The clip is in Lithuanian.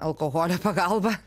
alkoholio pagalba